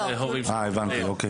הבנתי, אוקי.